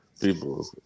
people